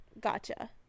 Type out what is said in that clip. gotcha